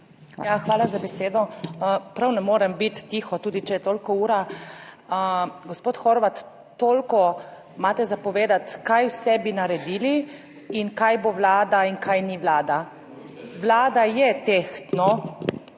Hvala za besedo. Prav ne morem biti tiho, tudi če je toliko ura. Gospod Horvat, toliko imate za povedati, kaj vse bi naredili in kaj bo vlada in kaj ni vlada. Vlada je tehtno